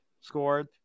scored